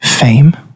fame